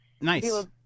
nice